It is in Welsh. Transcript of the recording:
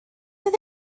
oedd